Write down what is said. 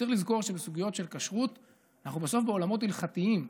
צריך לזכור שבסוגיות של כשרות אנחנו בסוף בעולמות הלכתיים,